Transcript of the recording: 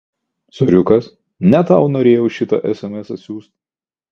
soriukas ne tau norėjau šitą esemesą siųst